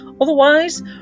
Otherwise